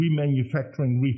remanufacturing